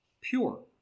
pure